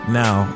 now